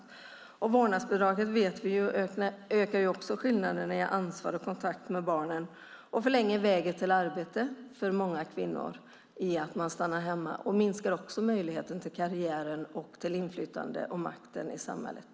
Vi vet att vårdnadsbidraget ökar skillnaderna när det gäller ansvar för och kontakt med barnen, och att det förlänger vägen till arbete för många kvinnor genom att de stannar hemma. Det minskar också möjligheten till karriär, inflytande och makt i samhället.